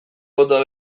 bota